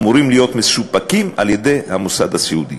אמורים להיות מסופקים על-ידי המוסד הסיעודי.